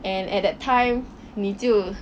and at that time 你就